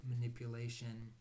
manipulation